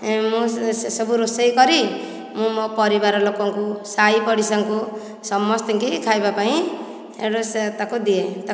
ମୁଁ ସେ ସବୁ ରୋଷେଇ କରି ମୁଁ ମୋ ପରିବାର ଲୋକଙ୍କୁ ସାହି ପଡିଶାଙ୍କୁ ସମସ୍ତଙ୍କୁ ଖାଇବାପାଇଁ ରୋଷେଇ ତାକୁ ଦିଏ